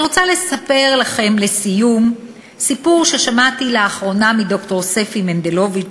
אני רוצה לספר לכם לסיום סיפור ששמעתי לאחרונה מד"ר ספי מנדלוביץ,